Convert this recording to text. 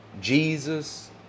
Jesus